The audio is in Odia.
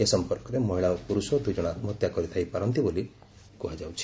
ଏ ସମ୍ପର୍କରେ ମହିଳା ଓ ପୁରୁଷ ଦୂଇଜଣ ଆତ୍ମହତ୍ୟା କରିଥାଇପାନ୍ତି ବୋଲି କୁହାଯାଉଛି